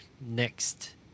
next